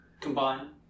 combine